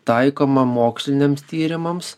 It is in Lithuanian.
taikoma moksliniams tyrimams